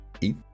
eat